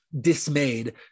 dismayed